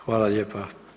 Hvala lijepa.